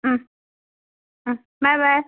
bye bye